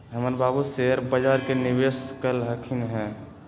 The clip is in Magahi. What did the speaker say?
हमर बाबू शेयर बजार में निवेश कलखिन्ह ह